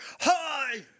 Hi